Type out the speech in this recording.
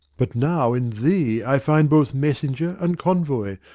but now in thee i find both messenger and convoy,